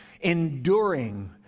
enduring